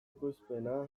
ekoizpena